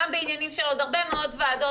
גם בעניינים של עוד הרבה מאוד ועדות,